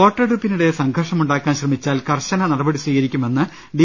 വോട്ടെടുപ്പിനിടെ സംഘർഷമുണ്ടാക്കാൻ ശ്രമിച്ചാൽ കർശന നടപടി സ്വീകരിക്കുമെന്ന് ഡി